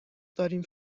داریم